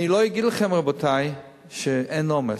אני לא אגיד לכם, רבותי, שאין עומס.